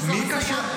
שזו הזיה --- מי קשר?